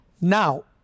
Now